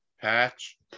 Patch